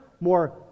more